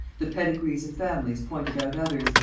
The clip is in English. the pedigrees of families pointed out others,